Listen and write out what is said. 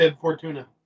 Fortuna